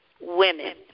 women